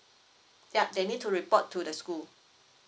yup they need to report to the school